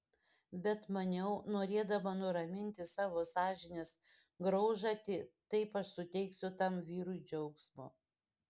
bet maniau norėdama nuraminti savo sąžinės graužatį taip aš suteiksiu tam vyrui džiaugsmo